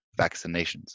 vaccinations